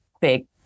big